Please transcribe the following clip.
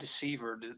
deceiver